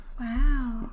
Wow